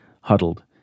huddled